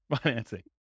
financing